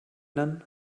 nennen